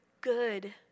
good